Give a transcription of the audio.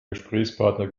gesprächspartner